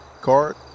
card